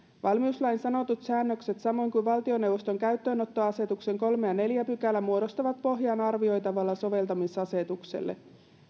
valmiuslain sanotut säännökset samoin kuin valtioneuvoston käyttöönottoasetuksen kolmas ja neljäs pykälä muodostavat pohjan arvioitavalle soveltamisasetukselle